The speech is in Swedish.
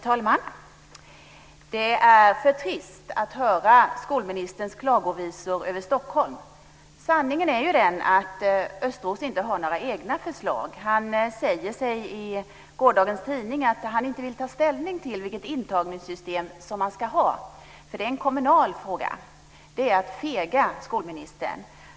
Herr talman! Det är för trist att höra skolministerns klagovisor över Stockholm. Sanningen är ju den att Östros inte har några egna förslag. Han säger i gårdagens tidning att han inte vill ta ställning till vilket intagningssystem man ska ha, eftersom det är en kommunal fråga. Det är att fega, skolministern!